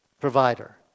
provider